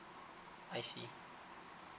I see